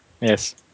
Yes